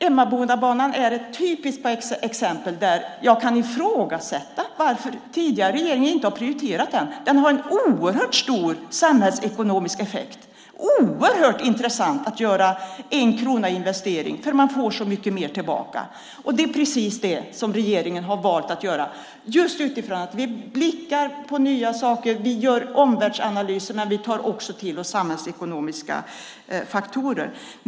Emmabodabanan är ett typiskt exempel, och jag kan ifrågasätta varför den tidigare regeringen inte prioriterade den. Den har en oerhört stor samhällsekonomisk effekt. Det är oerhört intressant att använda en krona i investering, för man får så mycket mer tillbaka. Och det är precis det som regeringen har valt att göra. Vi har blickarna på nya saker och gör omvärldsanalyser, men vi tar också till oss samhällsekonomiska faktorer.